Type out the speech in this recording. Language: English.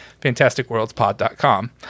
fantasticworldspod.com